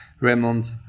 Raymond